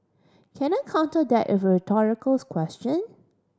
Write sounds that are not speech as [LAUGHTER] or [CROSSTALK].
can I counter that [UNINTELLIGIBLE] a rhetorical question